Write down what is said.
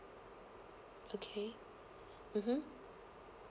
okay mmhmm